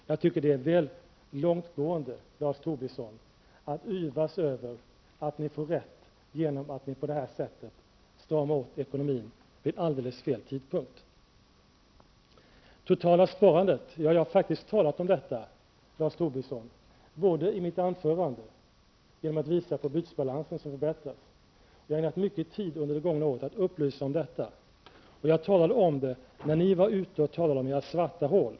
Jag tycker att det är väl långtgående, Lars Tobisson, att yvas över att ni får rätt genom att ni på det här sättet stramar åt ekonomin vid alldeles fel tidpunkt. Det totala sparandet har jag faktiskt talat om i mitt anförande, Lars Tobisson, genom att visa på bytesbalansen som förbättras. Vi har lagt ned mycket tid under det gångna året på att upplysa om detta. Jag talade om detta när ni var ute och talade om era svarta hål.